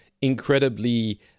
incredibly